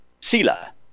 Sila